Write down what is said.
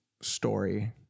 story